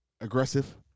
Aggressive